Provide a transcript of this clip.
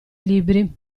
libri